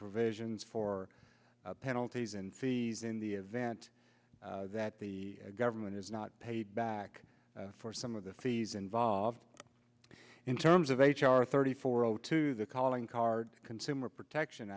provisions for penalties and fees in the event that the government has not paid back for some of the fees involved in terms of h r thirty four o two the calling card consumer protection